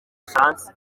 bufaransa